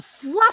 Fluff